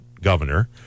governor